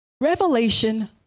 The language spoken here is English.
Revelation